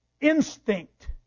instinct